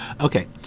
Okay